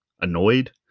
annoyed